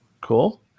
Cool